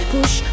Push